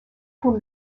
whom